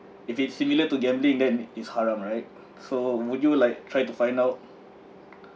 if it's similar to gambling then it's haram right so would you like try to find out